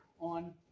on